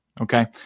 Okay